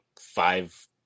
five